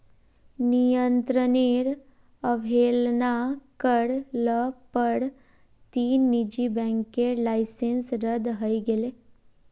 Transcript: नियंत्रनेर अवहेलना कर ल पर तीन निजी बैंकेर लाइसेंस रद्द हई गेले